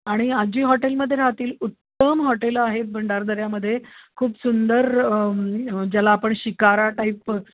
आणि आजी हॉटेलमध्ये राहतील उत्तम हॉटेलं आहे भंडारदऱ्यामध्ये खूप सुंदर ज्याला आपण शिकारा टाईप